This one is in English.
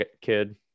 kid